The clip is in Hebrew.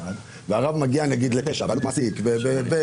כשהרב מגיע נניח ל-9,000 ועלות מעסיק ופיצויים,